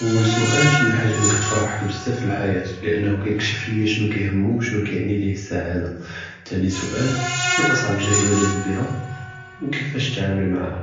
אוּל סואל, שו אלחאג'ה אללי كتפרחכ בזאף פי אלחייאה, חיתו כיכשף לִי שנו כיהמו ו שנו כיעני ליה אִלסעאדה. תאני סואל, שו אצ'עב תַג'רבה דאז בהא, ו כיפאש תְעַאמַל מעהא,